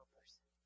person